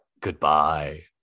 Goodbye